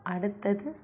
அடுத்தது